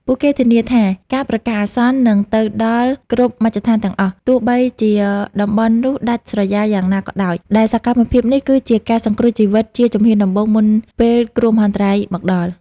ពួកគេធានាថាការប្រកាសអាសន្ននឹងទៅដល់គ្រប់មជ្ឈដ្ឋានទាំងអស់ ទោះបីជាតំបន់នោះដាច់ស្រយាលយ៉ាងណាក៏ដោយ ដែលសកម្មភាពនេះគឺជាការសង្គ្រោះជីវិតជាជំហានដំបូងមុនពេលគ្រោះមហន្តរាយមកដល់។